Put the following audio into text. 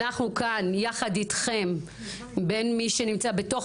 אנחנו כאן יחד אתכם בין מי שנמצא בתוך